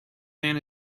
man